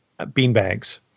beanbags